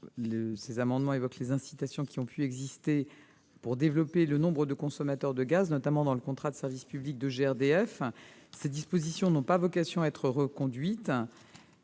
ces amendements évoquent les incitations qui ont pu exister pour développer le nombre de consommateurs de gaz, notamment dans le contrat de service public de GRDF. Ces dispositions n'ont pas vocation à être reconduites.